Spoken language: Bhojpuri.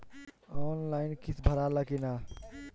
आनलाइन किस्त भराला कि ना?